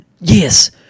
yes